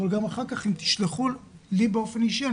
אבל אם אחר כך תשלחו לי באופן אישי,